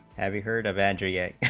having heard of and yeah